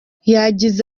yagize